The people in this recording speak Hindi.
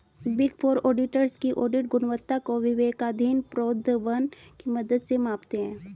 बिग फोर ऑडिटर्स की ऑडिट गुणवत्ता को विवेकाधीन प्रोद्भवन की मदद से मापते हैं